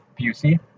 Busey